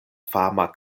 fama